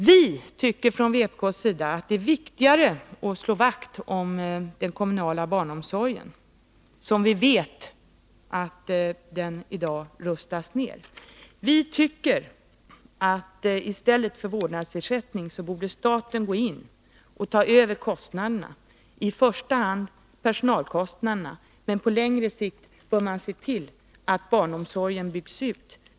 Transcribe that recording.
Vi från vpk:s sida tycker att det är viktigare att man slår vakt om den kommunala barnomsorgen, som vi vet i dag rustas ned. I stället för att införa vårdnadsersättning borde enligt vår mening staten gå in och ta över kostnaderna, i första hand personalkostnaderna, och på längre sikt se till att barnomsorgen byggs ut.